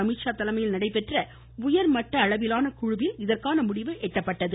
அமீத்ஷா தலைமையில் நடைபெற்ற உயர்மட்ட நிலையிலான குழுவில் இதற்கான முடிவு எட்டப்பட்டது